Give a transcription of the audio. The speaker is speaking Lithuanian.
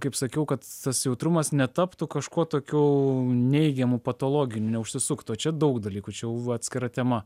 kaip sakiau kad tas jautrumas netaptų kažkuo tokiu neigiamu patologiniu neužsisuktų o čia daug dalykų čia jau atskira tema